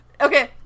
okay